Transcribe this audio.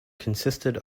consisted